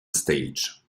stage